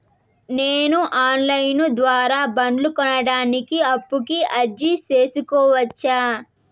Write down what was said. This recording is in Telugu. నేను ఆన్ లైను ద్వారా బండ్లు కొనడానికి అప్పుకి అర్జీ సేసుకోవచ్చా?